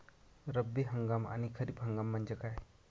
रब्बी हंगाम आणि खरीप हंगाम म्हणजे काय?